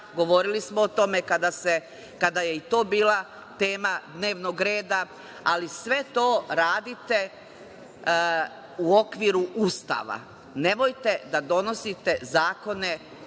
govorili smo o tome kada je to bila tema dnevnog reda, ali sve to radite u okviru Ustava. Nemojte da donosite zakone